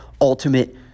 ultimate